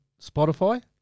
Spotify